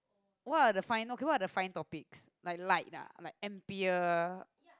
what are the final okay what are the fine topics like light ah like ampere